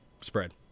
Spread